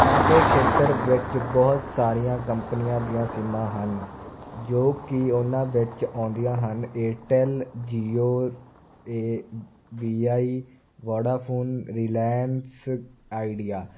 ਸਾਡੇ ਖੇਤਰ ਵਿੱਚ ਬਹੁਤ ਸਾਰੀਆਂ ਕੰਪਨੀਆਂ ਦੀਆਂ ਸਿੰਮਾਂ ਹਨ ਜੋ ਕਿ ਉਹਨਾਂ ਵਿੱਚ ਆਉਂਦੀਆਂ ਹਨ ਏਅਰਟੈੱਲ ਜੀਓ ਅਤੇ V I Vodafone Reliance idea